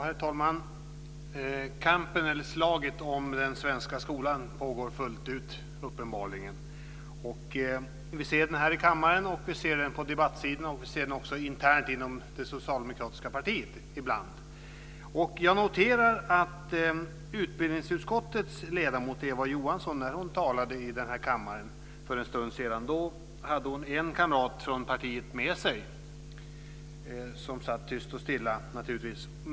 Herr talman! Kampen eller slaget om den svenska skolan pågår uppenbarligen fullt ut. Vi ser den här i kammaren, vi ser den på debattsidorna och vi ser den också ibland internt inom det socialdemokratiska partiet. Jag noterar att utbildningsutskottets ledamot Eva Johansson när hon talade i kammaren för en stund sedan hade en kamrat från partiet med sig, som naturligtvis satt tyst och stilla.